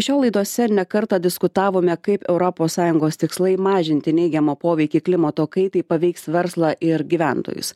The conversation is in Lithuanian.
šiol laidose ir ne kartą diskutavome kaip europos sąjungos tikslai mažinti neigiamą poveikį klimato kaitai paveiks verslą ir gyventojus